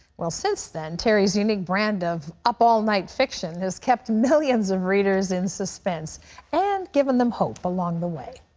well, since then, terry's unique brand of up all night fiction has kept millions of readers in suspence and given them hope along the wayment.